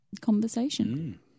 conversation